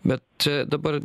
bet čia dabar